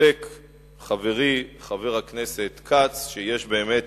צודק חברי, חבר הכנסת כץ, שיש באמת